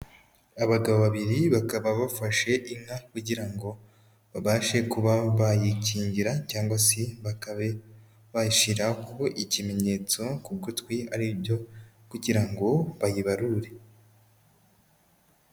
Abagabo babiri bakaba bafashe inka kugira ngo babashe kuba bayikingira cyangwa se bakaba bashyiraho ikimenyetso ku gutwi ari ibyo kugira ngo bayibarure.